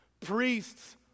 priests